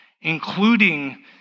including